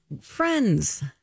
Friends